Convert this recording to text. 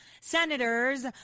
senators